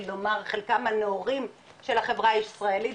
לומר חלקים מהנאורים של החברה הישראלית,